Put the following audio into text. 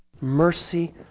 mercy